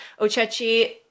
Ocechi